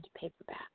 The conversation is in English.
paperback